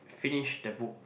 finish that book